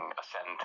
ascend